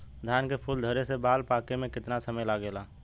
धान के फूल धरे से बाल पाके में कितना समय लागेला?